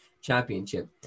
championship